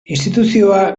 instituzioa